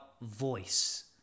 voice